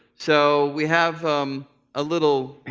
so we have um a little,